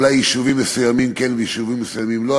אולי יישובים מסוימים כן ויישובים מסוימים לא,